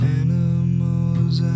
animals